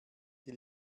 die